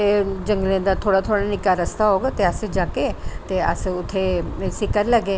एह् जंगले दा थोह्ड़ा थोह्ड़ा निक्का रस्ता होग ते अस जाह्गे ते अस उत्थै करी लैगे